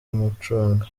mucanga